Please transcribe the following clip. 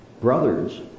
brothers